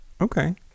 okay